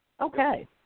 Okay